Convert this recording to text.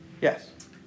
Yes